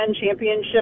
championship